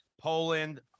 Poland